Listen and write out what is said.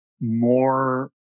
more